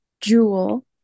Jewel